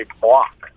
block